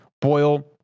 boil